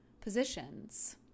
positions